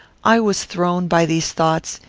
i was thrown, by these thoughts,